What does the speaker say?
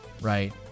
right